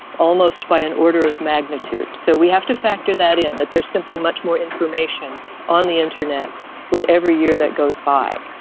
almost by an order of magnitude. so we have to factor that in, that there is simply much more information on the internet with every year that goes by.